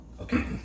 Okay